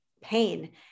pain